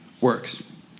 works